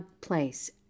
place